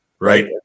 Right